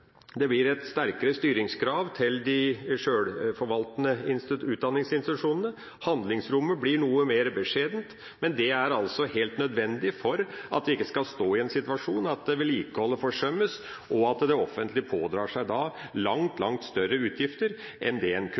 det blir et sterkere styringskrav til de sjølforvaltende utdanningsinstitusjonene. Handlingsrommet blir noe mer beskjedent, men det er helt nødvendig for at en ikke skal stå i den situasjon at vedlikeholdet forsømmes og at det offentlige pådrar seg langt større utgifter enn nødvendig. Dette er rimelig enkle forhold, men det